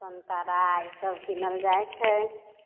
संतरा इसब कीनल जाइ छै